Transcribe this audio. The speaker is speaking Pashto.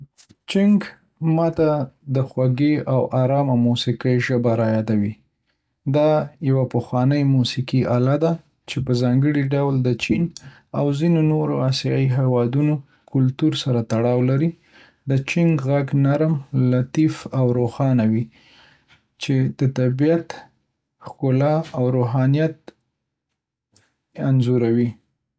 چنګ ما ته د خوږې او آرامه موسیقۍ ژبه رايادوي. دا یو پخوانی موسیقي آله ده چې په ځانګړي ډول د چین او ځینو نورو آسیایي هېوادونو کلتور سره تړاو لري. د چنګ غږ نرم، لطیف او روښانه وي، چې د طبیعت ښکلا او روحانیت انځوروي.